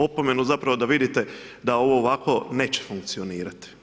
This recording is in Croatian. Opomenu zapravo da vidite, da ovo ovako neće funkcionirati.